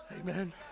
Amen